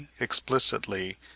explicitly